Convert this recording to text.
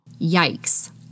Yikes